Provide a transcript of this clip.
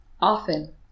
often